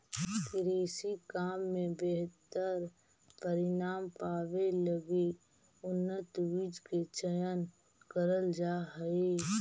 कृषि काम में बेहतर परिणाम पावे लगी उन्नत बीज के चयन करल जा हई